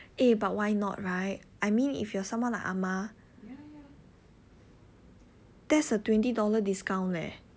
eh but why not right I mean if you're somone like ah ma that's a twenty dollar discount leh